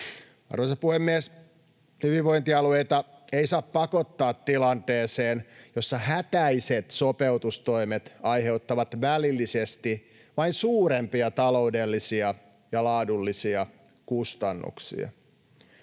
Arvoisa puhemies! Hyvinvointialueita ei saa pakottaa tilanteeseen, jossa hätäiset sopeutustoimet aiheuttavat välillisesti vain suurempia taloudellisia ja laadullisia kustannuksia.